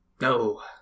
No